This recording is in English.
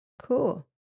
cool